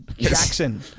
Jackson